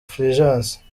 fulgence